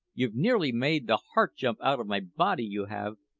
you've nearly made the heart jump out of my body, you have!